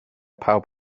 pawb